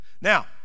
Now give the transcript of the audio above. Now